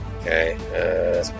Okay